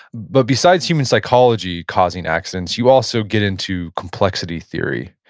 but besides human psychology causing accidents, you also get into complexity theory,